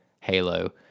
Halo